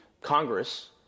Congress